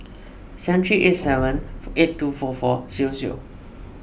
seven three eight seven eight two four four zero zero